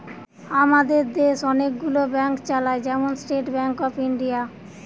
আমাদের দেশ অনেক গুলো ব্যাংক চালায়, যেমন স্টেট ব্যাংক অফ ইন্ডিয়া